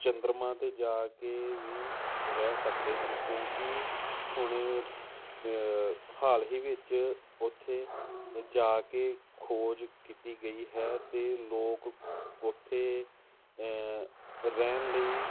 ਚੰਦਰਮਾ 'ਤੇ ਜਾ ਕੇ ਵੀ ਰਹਿ ਸਕਦੇ ਹਨ ਕਿਉਂਕਿ ਹੁਣ ਹਾਲ ਹੀ ਵਿੱਚ ਉੱਥੇ ਜਾ ਕੇ ਖੋਜ ਕੀਤੀ ਗਈ ਹੈ ਅਤੇ ਲੋਕ ਉੱਥੇ ਰਹਿਣ ਲਈ